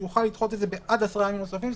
הוא יוכל לדחות את זה עד עשרה ימים נוספים,